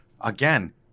again